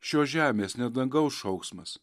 šios žemės ne dangaus šauksmas